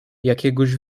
jakiegoś